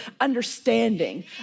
understanding